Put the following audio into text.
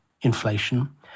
inflation